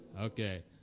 Okay